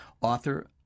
author